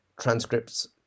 transcripts